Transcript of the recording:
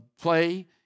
play